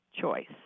choice